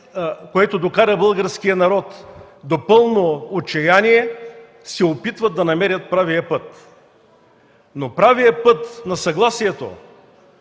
което докара българския народ до пълно отчаяние, се опитват да намерят правия път. Но правият път на съгласието